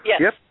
Yes